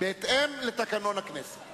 אם לא בכנסת הזאת,